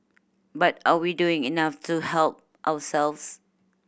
but are we doing enough to help ourselves